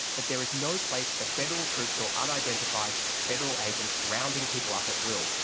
but there is no place for federal troops or unidentified federal agents rounding people up at will.